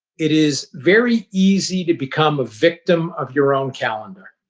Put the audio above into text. it is very easy to become a victim of your own calendar.